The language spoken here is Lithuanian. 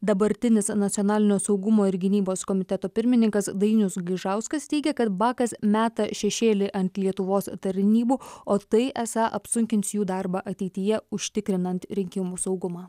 dabartinis nacionalinio saugumo ir gynybos komiteto pirmininkas dainius gaižauskas teigia kad bakas meta šešėlį ant lietuvos tarnybų o tai esą apsunkins jų darbą ateityje užtikrinant rinkimų saugumą